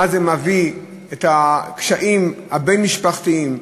למה זה מביא, את הקשיים הבין-משפחתיים,